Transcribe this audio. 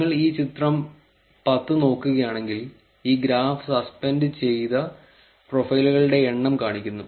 നിങ്ങൾ ഈ ചിത്രം 10 നോക്കുകയാണെങ്കിൽ ഈ ഗ്രാഫ് സസ്പെൻഡ് ചെയ്ത പ്രൊഫൈലുകളുടെ എണ്ണം കാണിക്കുന്നു